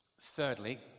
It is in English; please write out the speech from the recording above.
Thirdly